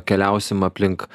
keliausim aplink